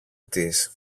της